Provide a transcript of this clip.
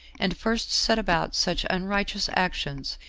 and first set about such unrighteous actions,